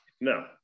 no